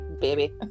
baby